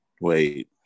Wait